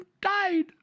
died